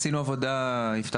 יפתח